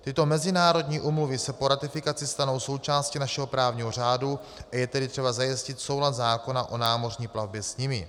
Tyto mezinárodní úmluvy se po ratifikaci stanou součástí našeho právního řádu, a je tedy třeba zajistit soulad zákona o námořní platbě s nimi.